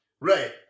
Right